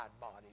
body